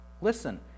listen